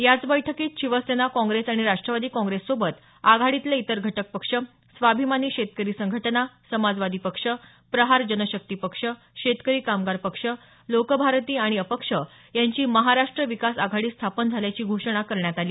याच बैठकीत शिवसेना काँग्रेस आणि राष्ट्रवादी काँग्रेस सोबत आघाडीतले इतर घटकपक्ष स्वाभिमानी शेतकरी संघटना समाजवादी पक्ष प्रहार जनशक्ती पक्ष शेतकरी कामगार पक्ष लोकभारती आणि अपक्ष यांची महाराष्ट्र विकास आघाडी स्थापन झाल्याची घोषणा करण्यात आली